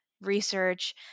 research